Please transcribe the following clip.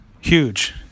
huge